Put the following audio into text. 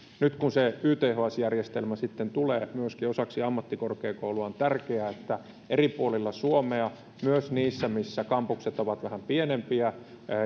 nyt kun yths järjestelmä sitten tulee myöskin osaksi ammattikorkeakoulua on tärkeää että eri puolilla suomea myös siellä missä kampukset ovat vähän pienempiä